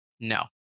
No